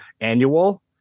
Annual